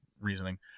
reasoning